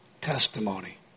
testimony